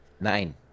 Nine